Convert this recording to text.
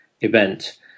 event